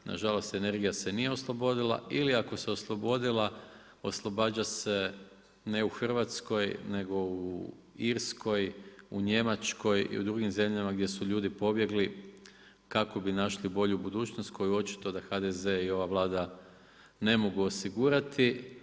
Na žalost energija se nije oslobodila, i ako se oslobodila oslobađa se ne u Hrvatskoj nego u Irskoj, u Njemačkoj i u drugim zemljama gdje su ljudi pobjegli kako bi našli bolju budućnost koju očito da HDZ i ova vlada ne mogu osigurati.